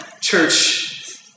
church